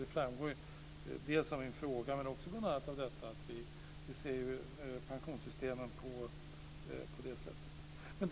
Det framgår dels av min fråga, dels av vårt sätt att se på pensionssystemen.